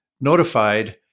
notified